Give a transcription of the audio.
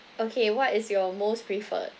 okay what is your most preferred